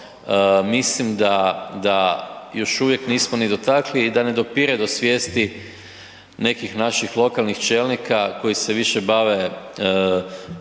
mislim da, da još uvijek nismo ni dotakli i da ne dopire do svijesti nekih naših lokalnih čelnika koji se više bave perifernim